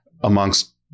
amongst